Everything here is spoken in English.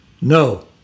No